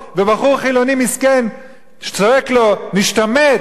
ובחור חילוני מסכן צועק לו: משתמט,